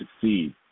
succeed